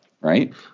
Right